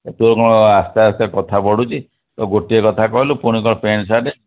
ତୋର କ'ଣ ଆସ୍ତେ ଆସ୍ତେ କଥା ବଢ଼ୁଛି ତୁ ଗୋଟିଏ କଥା କହିଲୁ ପୁଣି କ'ଣ ପ୍ୟାଣ୍ଟ୍ ସାର୍ଟ୍